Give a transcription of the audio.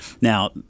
Now